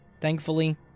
Thankfully